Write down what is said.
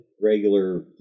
regular